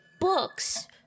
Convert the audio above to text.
books